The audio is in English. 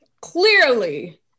Clearly